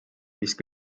vist